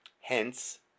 hence